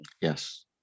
Yes